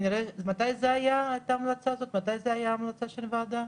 מתי הייתה ההמלצה של הוועדה?